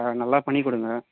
நல்லா பண்ணி கொடுங்க